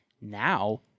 Now